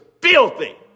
filthy